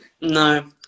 No